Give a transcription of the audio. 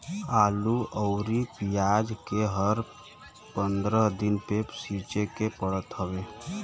आलू अउरी पियाज के हर पंद्रह दिन पे सींचे के पड़त हवे